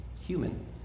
human